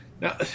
Now